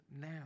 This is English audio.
now